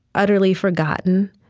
utterly forgotten,